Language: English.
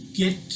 get